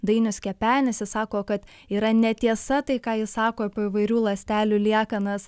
dainius kepenis ji sako kad yra netiesa tai ką jis sako apie įvairių ląstelių liekanas